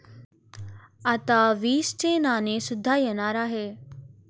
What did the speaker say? आता वीसचे नाणे सुद्धा येणार आहे